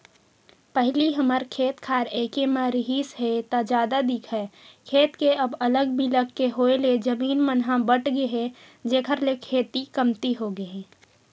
पहिली हमर खेत खार एके म रिहिस हे ता जादा दिखय खेत के अब अलग बिलग के होय ले जमीन मन ह बटगे हे जेखर ले खेती कमती होगे हे